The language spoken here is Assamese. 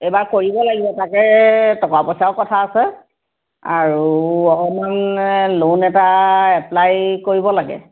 এইবাৰ কৰিব লাগিব তাকে টকা পইচাৰ কথাও আছে আৰু অকণ ল'ন এটা এপ্পলাই কৰিব লাগে